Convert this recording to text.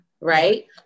right